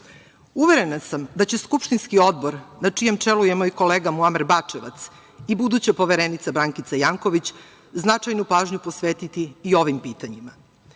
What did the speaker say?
pažnju. Uverena sam da će skupštinski odbor na čijem čelu je moj kolega Muamer Bačevac i buduća Poverenica Brankica Janković značajnu pažnju posvetiti i ovim pitanjima